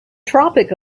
tropic